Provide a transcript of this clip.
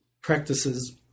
practices